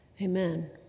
Amen